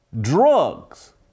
drugs